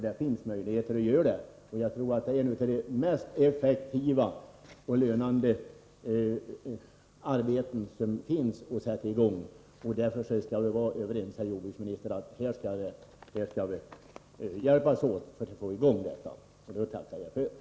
Det finns möjligheter. Jag tror att det är ett av de mest effektiva och lönande arbeten som man kan sätta i gång. Vi är överens, herr jordbruksminister, om att hjälpas åt för att få i gång detta, och det tackar jag för.